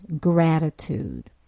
gratitude